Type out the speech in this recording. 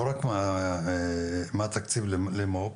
לא רק מה התקציב למו"פ,